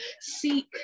seek